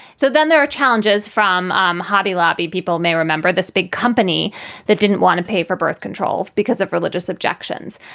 so then there are challenges from um hobby lobby. people may remember this big company that didn't want to pay for birth control because of religious objections.